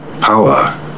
power